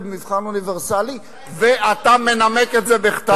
במבחן אוניברסלי ואתה מנמק את זה בכתב.